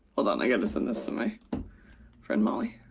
hold on, i have to send this to my friend molly.